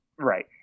Right